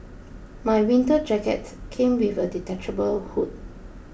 my winter jacket came with a detachable hood